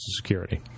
Security